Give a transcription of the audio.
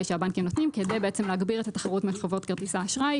שהבנקים נותנים כדי בעצם להגביר את התחרות עם חברות כרטיסי אשראי.